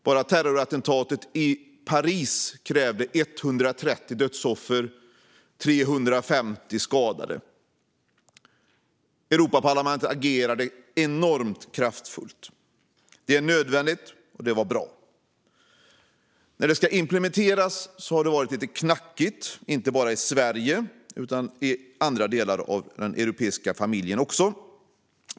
Bara terrorattentatet i Paris krävde 130 dödsoffer, och 350 personer skadades. Europaparlamentet agerade enormt kraftfullt. Det var nödvändigt och bra. I samband med implementeringen har det varit lite knackigt, inte bara i Sverige utan också i andra delar av den europeiska familjen.